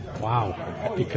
Wow